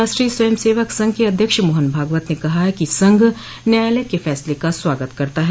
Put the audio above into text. राष्ट्रीय स्वयं सेवक संघ के अध्यक्ष मोहन भागवत ने कहा है कि संघ न्यायालय के फैसले का स्वागत करता है